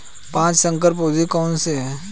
पाँच संकर पौधे कौन से हैं?